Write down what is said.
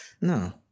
No